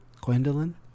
Gwendolyn